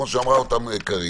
כמו שאמרה אותם קארין,